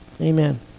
amen